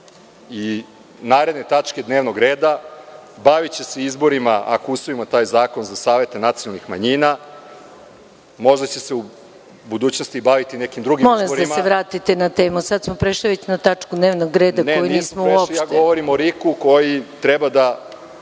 i naredne tačke dnevnog reda, baviće se izborima, ako usvojimo taj zakon, za savete nacionalnih manjina. Možda će se u budućnosti baviti i nekim drugim izborima. **Maja Gojković** Molim vas da se vratite na temu. Sada smo prešli već na tačku dnevnog reda koju nismo uopšte…